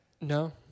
No